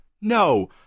No